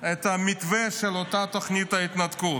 את המתווה של אותה תוכנית התנתקות,